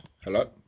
hello